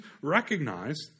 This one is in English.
recognize